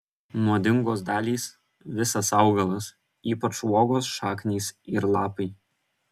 nuodingos dalys visas augalas ypač uogos šaknys ir lapai